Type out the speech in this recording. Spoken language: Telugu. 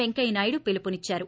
వెంకయ్య నాయుడు పిలుపునిద్సారు